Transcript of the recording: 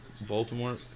Baltimore